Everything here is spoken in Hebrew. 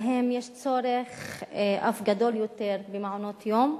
שבהם יש צורך אף גדול יותר במעונות יום,